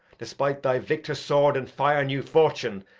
despite thy victor sword and fire-new fortune,